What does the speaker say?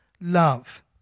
love